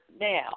now